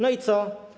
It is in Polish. No i co?